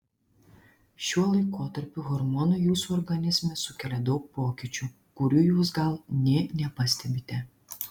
šiuo laikotarpiu hormonai jūsų organizme sukelia daug pokyčių kurių jūs gal nė nepastebite